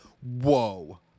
Whoa